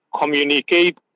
Communicate